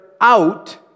out